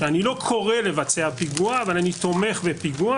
שאני לא קורא לבצע פיגוע אבל אני תומך בפיגוע